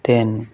ਤਿੰਨ